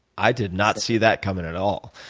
i did not see that coming at all.